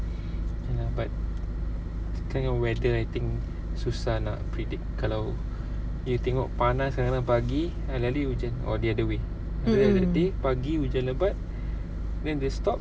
mm mm